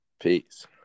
Peace